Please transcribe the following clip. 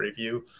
preview